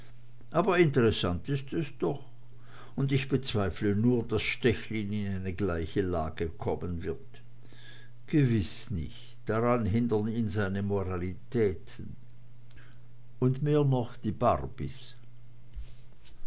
aber interessant ist es doch und ich bezweifle nur daß stechlin in eine gleiche lage kommen wird gewiß nicht daran hindern ihn seine moralitäten und noch mehr die barbys